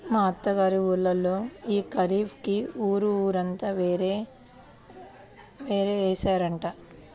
మా అత్త గారి ఊళ్ళో యీ ఖరీఫ్ కి ఊరు ఊరంతా వరే యేశారంట